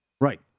Right